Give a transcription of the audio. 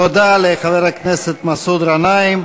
תודה לחבר הכנסת מסעוד גנאים.